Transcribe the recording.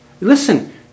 Listen